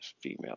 female